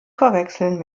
verwechseln